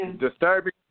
Disturbing